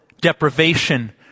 deprivation